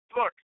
look